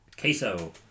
Queso